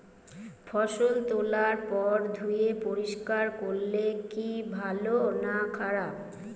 ফসল তোলার পর ধুয়ে পরিষ্কার করলে কি ভালো না খারাপ?